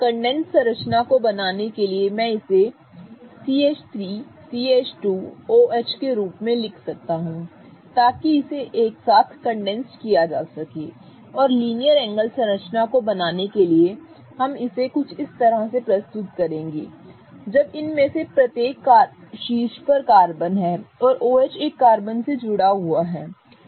condensed संरचना को बनाने के लिए मैं इसे CH3CH2OH के रूप में लिख सकता हूं ताकि इसे एक साथ कंडेंस्ड किया जा सके और लीनियर एंगल संरचना को बनाने के लिए हम इसे कुछ इस तरह से प्रस्तुत करेंगे जब इनमें से प्रत्येक शीर्ष पर कार्बन है और OH एक कार्बन से जुड़ा हुआ है